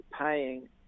paying